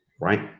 right